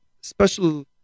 special